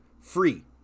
free